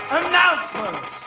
announcement